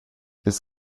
ils